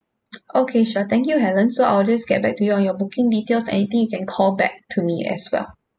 okay sure thank you helen so I'll just get back to you on your booking details anything you can call back to me as well